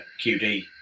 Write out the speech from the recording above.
QD